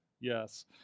yes